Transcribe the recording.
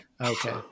Okay